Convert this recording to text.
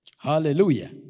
Hallelujah